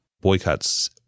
Boycotts